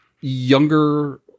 younger